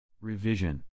Revision